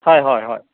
হয় হয় হয়